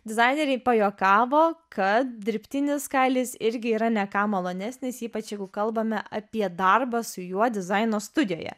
dizaineriai pajuokavo kad dirbtinis kailis irgi yra ne ką malonesnis ypač jeigu kalbame apie darbą su juo dizaino studijoje